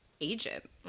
agent